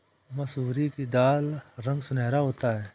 मसूर की दाल का रंग सुनहरा होता है